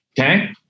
Okay